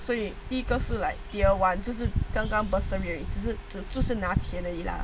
所以第一个是 like year one 这是刚刚 bursary 就只只是拿钱而已 lah